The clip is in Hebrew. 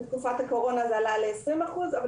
כאשר בתקופת הקורונה האחוז עלה ל-20 אחוזים